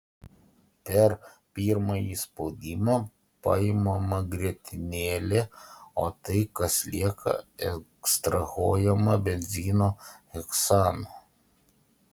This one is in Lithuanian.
per pirmąjį spaudimą paimama grietinėlė o tai kas lieka ekstrahuojama benzino heksanu